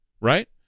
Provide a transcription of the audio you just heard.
right